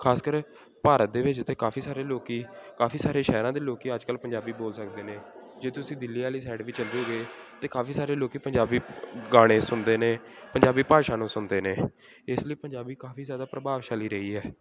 ਖ਼ਾਸ ਕਰ ਭਾਰਤ ਦੇ ਵਿੱਚ ਤਾਂ ਕਾਫੀ ਸਾਰੇ ਲੋਕ ਕਾਫੀ ਸਾਰੇ ਸ਼ਹਿਰਾਂ ਦੇ ਲੋਕ ਅੱਜ ਕੱਲ੍ਹ ਪੰਜਾਬੀ ਬੋਲ ਸਕਦੇ ਨੇ ਜੇ ਤੁਸੀਂ ਦਿੱਲੀ ਵਾਲੀ ਸਾਈਡ ਵੀ ਚੱਲ ਜਾਓਗੇ ਤਾਂ ਕਾਫੀ ਸਾਰੇ ਲੋਕ ਪੰਜਾਬੀ ਗਾਣੇ ਸੁਣਦੇ ਨੇ ਪੰਜਾਬੀ ਭਾਸ਼ਾ ਨੂੰ ਸੁਣਦੇ ਨੇ ਇਸ ਲਈ ਪੰਜਾਬੀ ਕਾਫੀ ਜ਼ਿਆਦਾ ਪ੍ਰਭਾਵਸ਼ਾਲੀ ਰਹੀ ਹੈ